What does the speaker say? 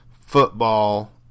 football